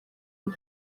byo